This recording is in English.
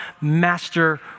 master